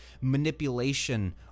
manipulation